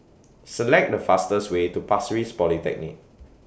Select The fastest Way to Pasir Ris Polyclinic